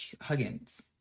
Huggins